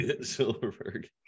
Silverberg